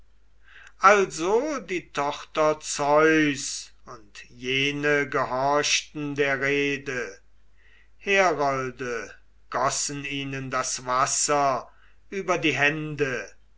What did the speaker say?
also die tochter zeus und jene gehorchten der rede herolde gossen ihnen das wasser über die hände